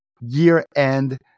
year-end